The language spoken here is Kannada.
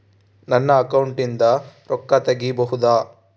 ನನ್ನ ಅಕೌಂಟಿಂದ ರೊಕ್ಕ ತಗಿಬಹುದಾ?